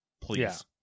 Please